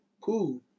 cool